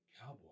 cowboy